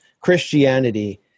Christianity